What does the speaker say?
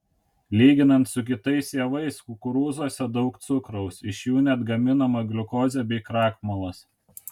lyginant su kitais javais kukurūzuose daug cukraus iš jų net gaminama gliukozė bei krakmolas